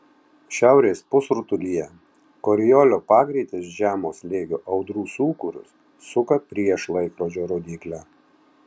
šiaurės pusrutulyje koriolio pagreitis žemo slėgio audrų sūkurius suka prieš laikrodžio rodyklę